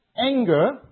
anger